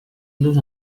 los